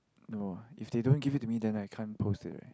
no lah if they don't give it to me then I can't post it right